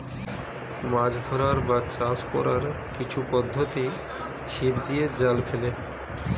মাছ ধরার বা চাষ কোরার কিছু পদ্ধোতি ছিপ দিয়ে, জাল ফেলে